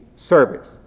service